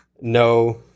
no